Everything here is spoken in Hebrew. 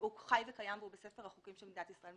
וקיים והוא בספר החוקים של מדינת ישראל,